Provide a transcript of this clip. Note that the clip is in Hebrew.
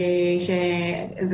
אגב,